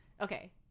Okay